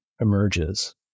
emerges